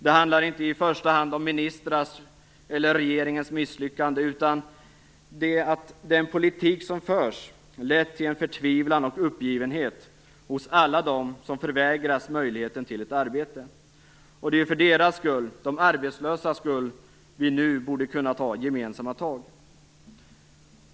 Det handlar inte i första hand om ministrars eller regeringens misslyckande, utan om att den politik som förs har lett till en förtvivlan och uppgivenhet hos alla dem som förvägras möjligheten till ett arbete. Det är för deras skull, för de arbetslösas skull, som vi nu borde kunna ta gemensamma tag.